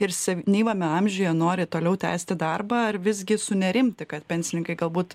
ir senyvame amžiuje nori toliau tęsti darbą ar visgi sunerimti kad pensininkai galbūt